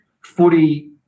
footy